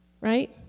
right